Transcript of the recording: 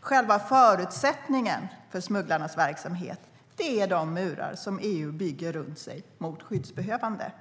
Själva förutsättningen för smugglarnas verksamhet är de murar som EU bygger runt sig mot skyddsbehövande.